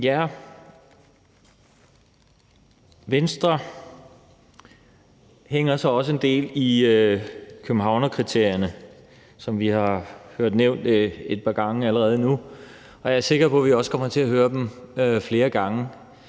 Venstre hænger sig også en del i Københavnskriterierne, som vi har hørt nævnt et par gange allerede nu, og jeg er sikker på, at vi også kommer til at høre om dem flere gange.